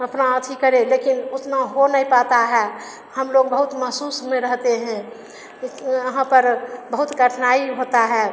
अपना अथि करे लेकिन उतना हो नहीं पाता है हम लोग बहुत महसूस में रहेते हैं यहाँ पर बहुत कठिनाई होता है